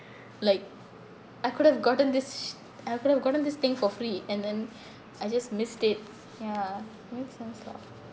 like I could've gotten this s~ I could've gotten this thing for free and then I just missed it ya makes sense lah